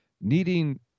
needing